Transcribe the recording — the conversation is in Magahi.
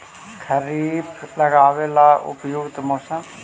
खरिफ लगाबे ला उपयुकत मौसम?